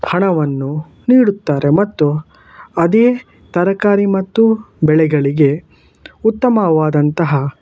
ಹಣವನ್ನು ನೀಡುತ್ತಾರೆ ಮತ್ತು ಅದೇ ತರಕಾರಿ ಮತ್ತು ಬೆಳೆಗಳಿಗೆ ಉತ್ತಮವಾದಂತಹ